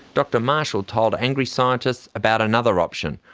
dr marshall told angry scientists about another option,